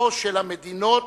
או של המדינות